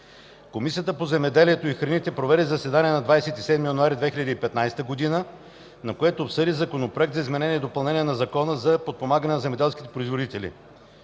Комисията по земеделието и храните проведе заседание на 27 януари 2015 г., на което обсъди Законопроект за изменение и допълнение на Закона за подпомагане на земеделските производители,